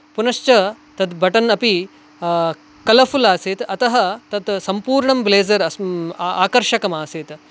पुनश्च तत् बटन् अपि कलफुल् आसीत् अतः तत् सम्पूर्णं ब्लेझर् आकर्षकम् आसीत्